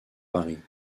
paris